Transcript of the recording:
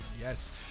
Yes